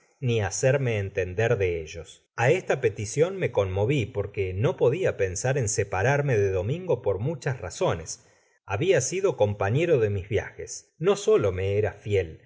ni hacerme entender de ellos esta peticion me conmovi porque no podia pensar en separarme de domingo por muchas razones habia sido compañero de mis viajes no solo me era fiel